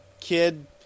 kid